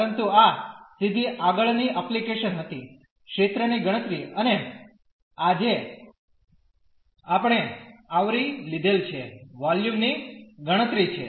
પરંતુ આ સીધી આગળની એપ્લિકેશન હતી ક્ષેત્રની ગણતરી અને આજે આપણે આવરી લીધેલ છે વોલ્યુમ ની ગણતરી છે